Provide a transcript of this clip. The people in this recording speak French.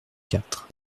quatre